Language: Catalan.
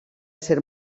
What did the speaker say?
ser